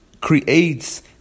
creates